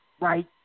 right